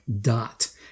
dot